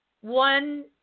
one